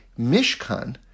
Mishkan